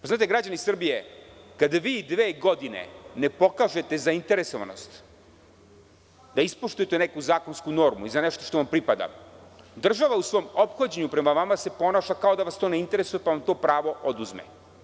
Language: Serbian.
Znate, građani Srbije, kada vi dve godine ne pokažete zainteresovanost da ispoštujete neku zakonsku normu i za nešto što vam pripada, država u svom ophođenju prema vama se ponaša kao da vas to ne interesuje pa vam to pravo oduzme.